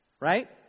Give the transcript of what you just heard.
Right